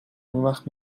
اونوقت